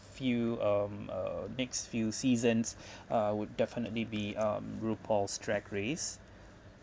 few um uh next few seasons uh would definitely be um rupaul's drag race